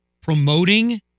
promoting